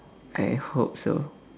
I hope so